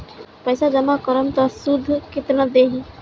पैसा जमा करम त शुध कितना देही?